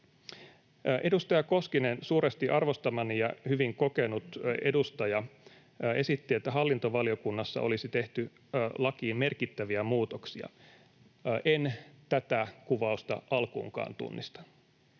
Edustaja Koskinen, suuresti arvostamani ja hyvin kokenut edustaja, esitti, että hallintovaliokunnassa olisi tehty lakiin merkittäviä muutoksia. En tätä kuvausta alkuunkaan tunnista.